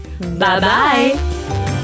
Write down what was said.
Bye-bye